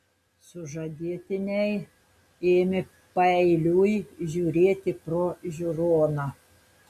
sužadėtiniai ėmė paeiliui žiūrėti pro žiūroną